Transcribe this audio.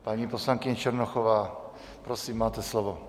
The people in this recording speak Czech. Paní poslankyně Černochová, prosím, máte slovo.